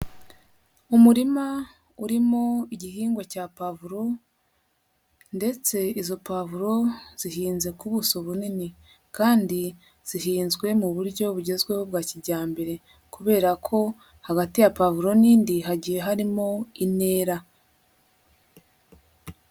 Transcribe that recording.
Umurima urimo igihingwa cya pavuro ndetse izo papuro zihinze ku buso bunini kandi zihinzwe mu buryo bugezweho bwa kijyambere, kubera ko hagati ya pavuro n'indi hagiye harimo intera.